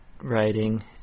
writing